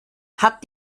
hat